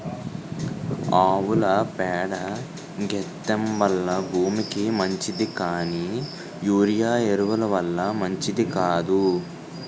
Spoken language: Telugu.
ఆవుల పేడ గెత్తెం వల్ల భూమికి మంచిది కానీ యూరియా ఎరువు ల వల్ల మంచిది కాదు